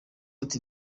ati